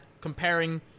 comparing